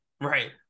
Right